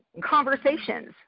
conversations